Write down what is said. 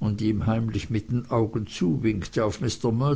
und ihm heimlich mit den augen zuwinkte auf